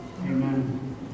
Amen